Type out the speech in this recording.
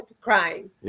crying